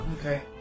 Okay